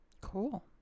Cool